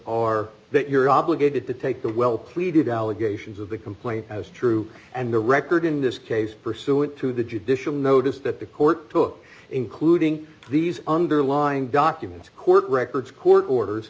are that you're obligated to take the well pleaded allegations of the complaint as true and the record in this case pursuant to the judicial notice that the court took including these underlying documents court records court orders